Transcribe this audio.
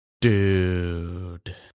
Dude